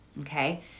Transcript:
Okay